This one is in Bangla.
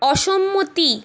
অসম্মতি